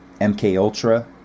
MKUltra